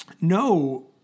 no